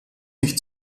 nicht